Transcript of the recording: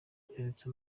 yanditse